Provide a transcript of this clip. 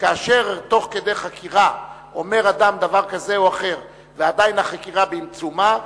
שכאשר תוך כדי חקירה אומר אדם דבר כזה או אחר ועדיין החקירה בעיצומה,